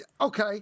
okay